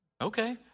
Okay